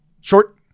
short